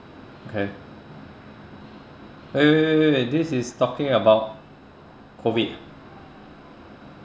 okay wait wait wait wait this is talking about COVID